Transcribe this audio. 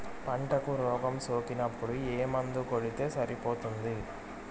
పంటకు రోగం సోకినపుడు ఏ మందు కొడితే సరిపోతుంది?